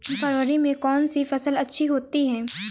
फरवरी में कौन सी फ़सल अच्छी होती है?